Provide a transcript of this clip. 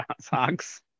socks